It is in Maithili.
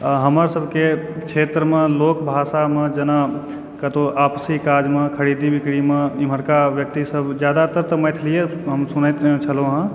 आ हमर सभकेँ क्षेत्रमे लोकभाषामे जेना कतहुँ आपसी काजमे खरीदी बिक्रीमे इम्हरका व्यक्तिसभ तऽ जादातर तऽ मैथिलीए हम सुनैत छलहुँ हँ